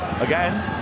again